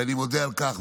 ואני מודה על כך,